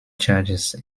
charges